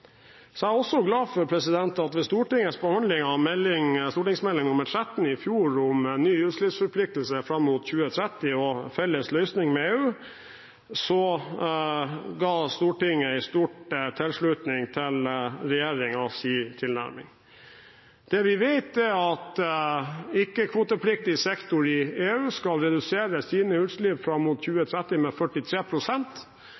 glad for at ved Stortingets behandling av Meld. St. 13 for 2014–2015 om ny utslippsforpliktelse fram mot 2030 og felles løsning med EU, ga Stortinget stor tilslutning til regjeringens tilnærming. Det vi vet, er at ikke-kvotepliktig sektor i EU skal redusere sine utslipp fram mot